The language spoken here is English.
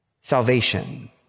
Salvation